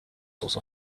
source